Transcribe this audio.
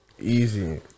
easy